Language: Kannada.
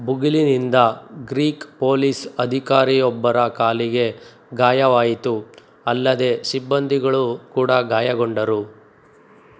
ಬುಗಿಲಿನಿಂದ ಗ್ರೀಕ್ ಪೋಲೀಸ್ ಅಧಿಕಾರಿಯೊಬ್ಬರ ಕಾಲಿಗೆ ಗಾಯವಾಯಿತು ಅಲ್ಲದೆ ಸಿಬ್ಬಂದಿಗಳು ಕೂಡ ಗಾಯಗೊಂಡರು